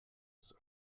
des